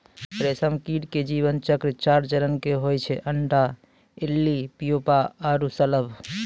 रेशम कीट के जीवन चक्र चार चरण के होय छै अंडा, इल्ली, प्यूपा आरो शलभ